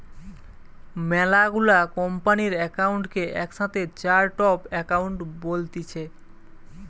মেলা গুলা কোম্পানির একাউন্ট কে একসাথে চার্ট অফ একাউন্ট বলতিছে